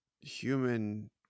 human